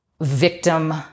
victim